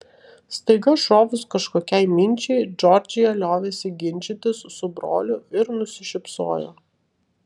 staiga šovus kažkokiai minčiai džordžija liovėsi ginčytis su broliu ir nusišypsojo